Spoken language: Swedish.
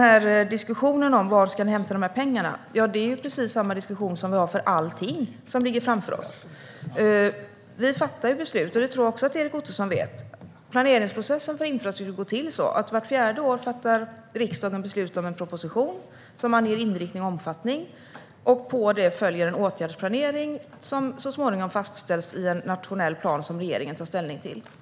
Så diskussionen om var pengarna ska hämtas är densamma som för allting som ligger framför oss. Jag tror att Erik Ottoson vet hur planeringsprocessen för infrastruktur går till. Vart fjärde år fattar riksdagen beslut om en proposition som anger inriktning och omfattning, och på det följer en åtgärdsplanering som så småningom fastställs i en nationell plan som regeringen tar ställning till.